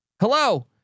Hello